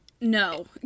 No